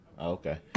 Okay